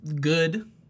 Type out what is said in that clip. good